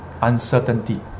uncertainty